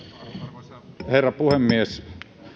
arvoisa herra puhemies